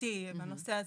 בעייתי בנושא הזה.